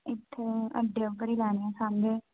अच्छा इत्थे अड्डे उप्पर गै लेने सामने